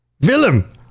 Willem